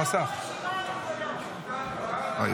ואטורי,